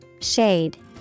Shade